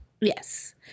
Yes